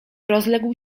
rozległ